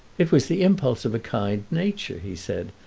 it was the impulse of a kind nature, he said,